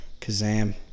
Kazam